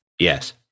Yes